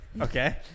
Okay